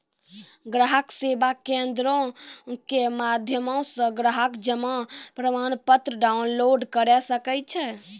ग्राहक सेवा केंद्रो के माध्यमो से ग्राहक जमा प्रमाणपत्र डाउनलोड करे सकै छै